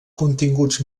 continguts